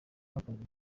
ibikorwa